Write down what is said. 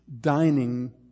dining